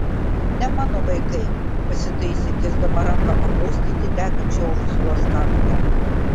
ne mano vaikai pasitaisė tiesdama ranką paglostyti degančią ursulos kaktą